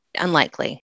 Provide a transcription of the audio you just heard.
unlikely